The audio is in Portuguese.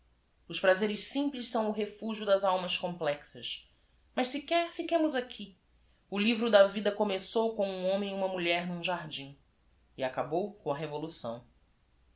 s prazeres simples são o refugio das almas complexas as se quer fiquemos aqui livro da vida começou com um homem e uma mulher num j a r d i m acabou com a evelação